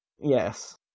Yes